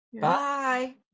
Bye